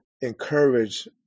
encourage